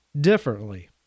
differently